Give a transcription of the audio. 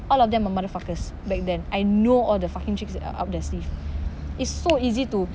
all of them are motherfuckers back then I know all the fucking tricks that are up their sleeve it's so easy to